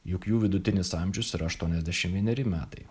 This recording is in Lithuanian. juk jų vidutinis amžius yra aštuoniasdešim vieneri metai